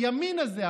הימין הזה,